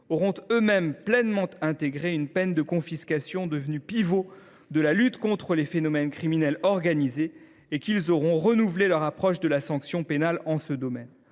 auront eux mêmes pleinement intégré une peine de confiscation, devenue le pivot de la lutte contre les phénomènes criminels organisés, et qu’ils auront renouvelé leur approche de la sanction pénale en ce domaine.